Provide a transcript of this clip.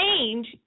Change